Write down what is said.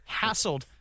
hassled